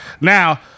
Now